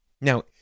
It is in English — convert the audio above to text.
Now